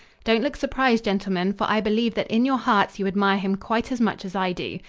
don't look surprised, gentlemen, for i believe that in your hearts you admire him quite as much as i do.